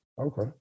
Okay